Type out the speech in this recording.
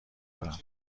دارم